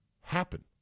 happen